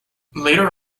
later